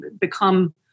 become